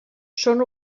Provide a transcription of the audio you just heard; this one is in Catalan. són